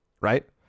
right